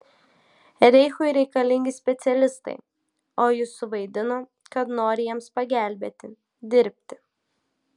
reichui reikalingi specialistai o jis suvaidino kad nori jiems pagelbėti dirbti